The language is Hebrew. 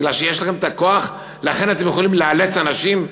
בגלל שיש לכם את הכוח, אתם יכולים לאלץ אנשים.